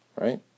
right